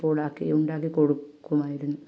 പോലാക്കി ഉണ്ടാക്കി കൊടുക്കുമായിരുന്നു